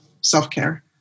self-care